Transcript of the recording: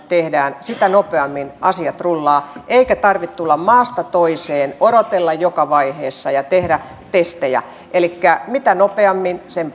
tehdään sitä nopeammin asiat rullaavat eikä tarvitse tulla maasta toiseen odotella joka vaiheessa ja tehdä testejä elikkä mitä nopeammin sen